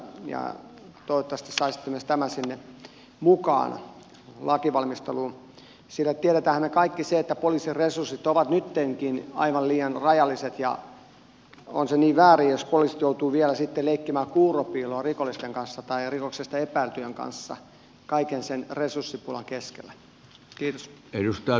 toivottavasti saisitte myös tämän sinne mukaan lainvalmisteluun sillä tiedämmehän me kaikki sen että poliisin resurssit ovat nyttenkin aivan liian rajalliset ja on se niin väärin jos poliisit joutuvat vielä sitten leikkimään kuurupiiloa rikoksesta epäiltyjen kanssa kaiken sen resurssipulan keskellä